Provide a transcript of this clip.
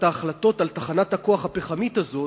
ההחלטות על תחנת הכוח הפחמית הזאת,